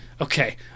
okay